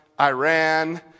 Iran